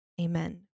amen